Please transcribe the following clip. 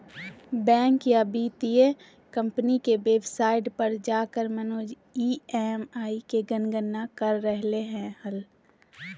bank या वित्तीय company के वेबसाइट पर जाकर मनोज ई.एम.आई के गणना कर रहलय हल